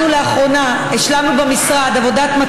שבה נאמר המשפט: La légalité nous tue על ידי מי שהיה